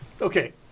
Okay